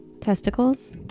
Testicles